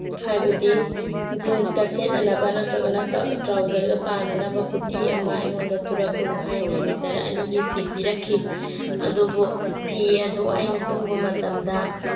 ꯍꯥꯏꯕꯗꯤ ꯖꯤꯟꯁꯀ ꯁꯦꯠꯅꯅꯕ ꯅꯠꯇ꯭ꯔꯒꯅ ꯇ꯭ꯔꯥꯎꯖꯔꯒ ꯄꯥꯅꯅꯕ ꯀꯨꯔꯇꯤ ꯑꯃ ꯑꯩꯉꯣꯟꯗ ꯇꯨꯔꯛꯎ ꯍꯥꯏꯅ ꯃꯤꯇꯔ ꯑꯅꯤꯒꯤ ꯐꯤ ꯄꯤꯔꯛꯈꯤ ꯑꯗꯨꯕꯨ ꯐꯤ ꯑꯗꯨ ꯑꯩꯅ ꯇꯨꯕ ꯃꯇꯝꯗ